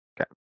Okay